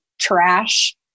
trash